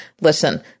listen